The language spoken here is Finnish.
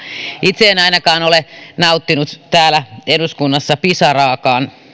itse en ainakaan ole nauttinut täällä eduskunnassa pisaraakaan